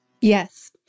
yes